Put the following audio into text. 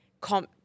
comp